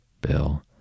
Bill